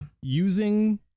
using